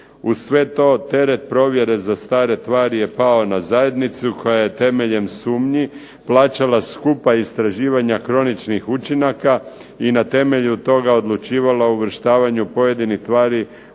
Uz sve to, teret provjere za stare tvari je pao na zajednicu koja je temeljem sumnji plaćala skupa istraživanja kroničnih učinaka i na temelju toga odlučivala o uvrštavanju pojedinih tvari